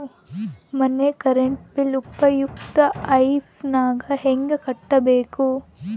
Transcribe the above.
ಮನೆ current bill ಉಪಯುಕ್ತತೆ app ನಾಗ ಹೆಂಗ ಕಟ್ಟಬೇಕು?